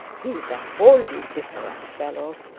he is a wholly different fellow.